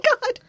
God